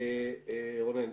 רונן,